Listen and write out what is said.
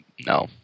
no